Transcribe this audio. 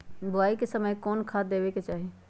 बोआई के समय कौन खाद देवे के चाही?